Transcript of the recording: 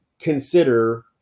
consider